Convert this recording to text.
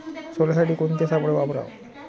सोल्यासाठी कोनचे सापळे वापराव?